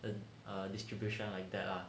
uh err distribution like that lah